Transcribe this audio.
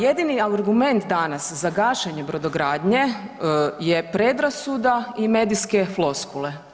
Jedni argument danas za gašenje brodogradnje je pedrasuda i medijske floskule.